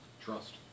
Trust